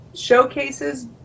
showcases